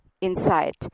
inside